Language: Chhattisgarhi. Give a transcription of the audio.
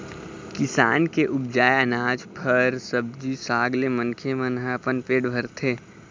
किसान के उपजाए अनाज, फर, सब्जी साग ले मनखे मन ह अपन पेट भरथे